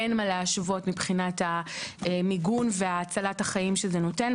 אין מה להשוות מבחינת המיגון והצלת החיים שזה נותן,